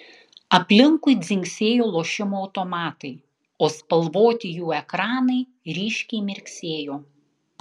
aplinkui dzingsėjo lošimo automatai o spalvoti jų ekranai ryškiai mirksėjo